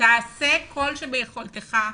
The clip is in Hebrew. תעשה כל שביכולתך,